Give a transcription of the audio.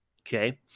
Okay